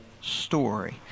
story